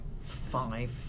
five